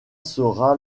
sera